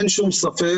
אין שום ספק,